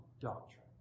doctrine